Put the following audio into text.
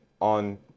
on